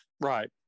right